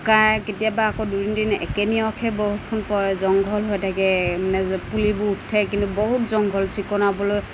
শুকায় কেতিয়াবা আকৌ দুদিন তিনিদিন একেনিয়সে বৰষুণ পৰে জংঘল হৈ থাকে মানে য'ত পুলিবোৰ উঠে কিন্তু বহুত জংঘল চিকুনাবলৈ